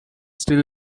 still